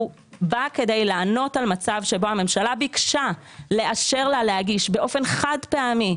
הוא בא כדי לענות על מצב שבו הממשלה ביקשה לאשר לה להגיש באופן חד פעמי,